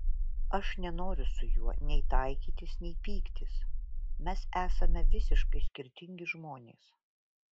aš nenoriu su juo nei taikytis nei pyktis mes esame visiškai skirtingi žmonės